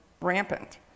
rampant